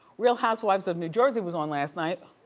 real housewives of new jersey was on last night.